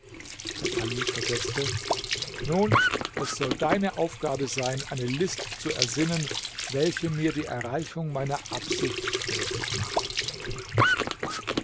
der kalif versetzte nun es soll deine aufgabe sein eine list zu ersinnen welche mir die erreichung meiner absicht möglich macht